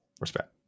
Respect